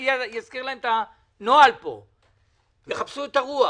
אני אזכיר להם את הנוהל פה ושיחפשו את הרוח.